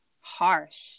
harsh